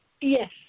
Yes